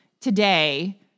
today